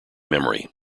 memory